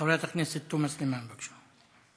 חברת הכנסת תומא סלימאן, בבקשה.